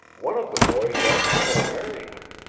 one of the boys asked me to marry him.